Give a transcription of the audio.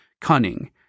cunning